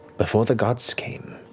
before the gods came,